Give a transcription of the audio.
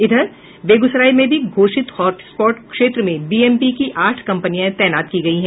इधर बेगूसराय में भी घोषित हॉटस्पॉट क्षेत्र में बीएमपी की आठ कम्पनियां तैनात की गयी है